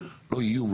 לא איום,